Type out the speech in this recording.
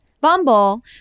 Bumble